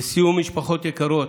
לסיום, משפחות יקרות,